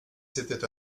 c’était